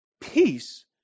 peace